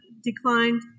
declined